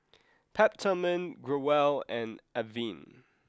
Peptamen Growell and Avene